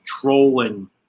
trolling